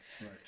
right